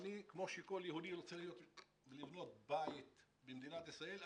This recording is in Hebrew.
כמו שכל יהודי רוצה לבנות בית במדינת ישראל,